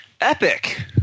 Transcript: Epic